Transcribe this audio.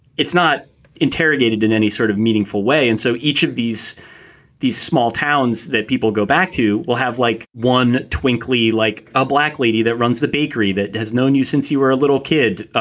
it's not interrogated in any sort of meaningful way. and so each of these these small towns that people go back to will have like one twinkly like a black lady that runs the bakery that has known you since you were a little kid,